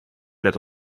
let